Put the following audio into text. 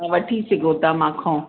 वठी सघो था मूं खां